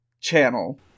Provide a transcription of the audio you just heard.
channel